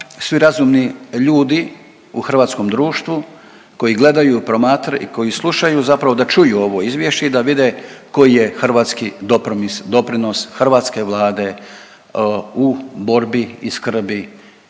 svi razumni ljudi u hrvatskom društvu koji gledaju, promatraju i koji slušaju zapravo da čuju ovo izvješće i da vide koji je hrvatski doprinos hrvatske Vlade u borbi i skrbi